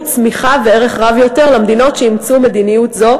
צמיחה וערך רב יותר למדינות שאימצו מדיניות זו,